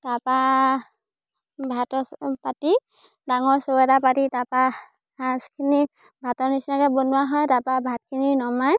তাৰপৰা ভাত পাতি ডাঙৰ চৰু এটা পাতি তাৰপৰা সাজখিনি ভাতৰ নিচিনাকৈ বনোৱা হয় তাৰপৰা ভাতখিনি নমাই